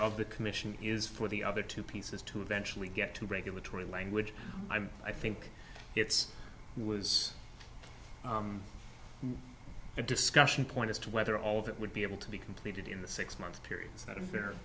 of the commission is for the other two pieces to eventually get to regulatory language i'm i think it's was a discussion point as to whether all that would be able to be completed in the six month period so